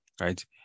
right